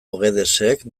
guedesek